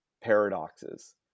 paradoxes